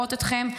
ללוות אתכם,